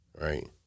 Right